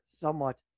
somewhat